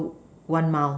one mile